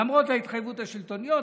למרות ההתחייבויות השלטוניות,